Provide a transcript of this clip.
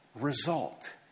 result